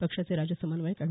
पक्षाचे राज्य समन्वयक एड